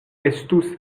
estus